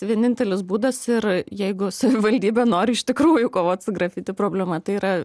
vienintelis būdas ir jeigu savivaldybė nori iš tikrųjų kovot su grafiti problema tai yra